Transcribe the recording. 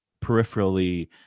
peripherally